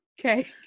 Okay